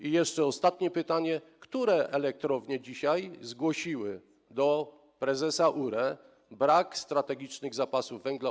I jeszcze ostatnie pytanie: Które elektrownie dzisiaj zgłosiły do prezesa URE brak strategicznych, ustawowych zapasów węgla?